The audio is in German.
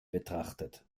betrachtet